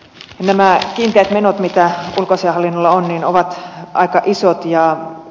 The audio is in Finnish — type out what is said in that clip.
nämä kiinteät menot mitä ulkoasiainhallinnolla on ovat aika isot